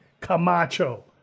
Camacho